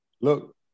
look